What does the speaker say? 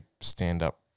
stand-up